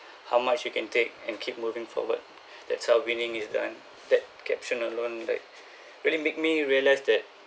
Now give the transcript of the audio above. how much you can take and keep moving forward that's how winning is done that caption alone like really make me realise that